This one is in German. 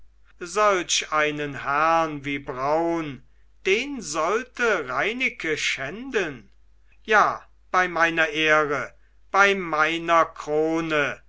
solch einen herrn wie braun den sollte reineke schänden ja bei meiner ehre bei meiner krone